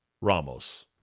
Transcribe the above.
Ramos